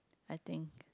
I think